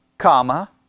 comma